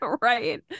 Right